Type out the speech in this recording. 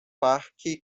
parque